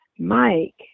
Mike